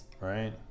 Right